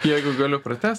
jeigu galiu pratęs